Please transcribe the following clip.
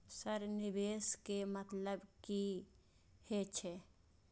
Sir निवेश के मतलब की हे छे?